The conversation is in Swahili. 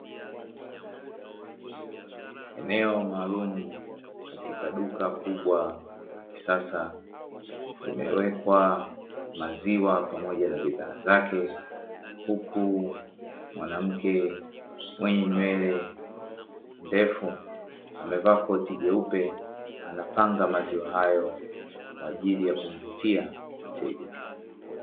Eneo maalumu katika duka kubwa la kisasa limewekwa maziwa pamoja na bidhaa zake. Huku mwanamke mwenye nywele ndefu, amevaa koti jeupe anapanga maziwa hayo kwa ajili ya kumvutia mteja.